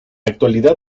actualidad